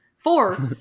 Four